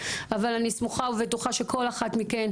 אבל אני סמוכה ובטוחה שכל אחת מכן,